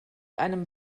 einem